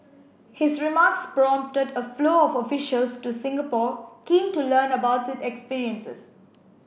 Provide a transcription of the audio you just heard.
his remarks prompted a flow of officials to Singapore keen to learn about its experiences